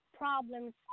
Problems